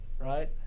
right